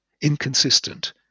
inconsistent